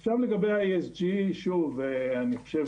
עכשיו, לגבי ה-ESG, שוב, אני חושב